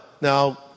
Now